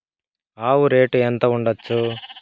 ఆవు రేటు ఎంత ఉండచ్చు?